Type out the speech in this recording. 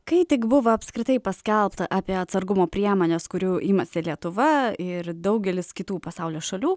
kai tik buvo apskritai paskelbta apie atsargumo priemones kurių imasi lietuva ir daugelis kitų pasaulio šalių